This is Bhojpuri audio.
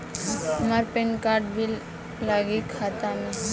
हमार पेन कार्ड भी लगी खाता में?